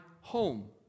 home